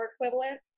equivalent